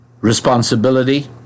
responsibility